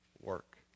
work